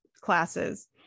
classes